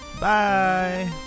Bye